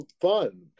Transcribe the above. fun